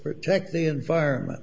protect the environment